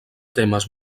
temes